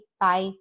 Bye